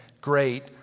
great